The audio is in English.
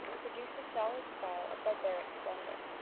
produced a solid style of barbaric splendour.